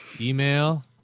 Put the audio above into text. Email